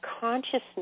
consciousness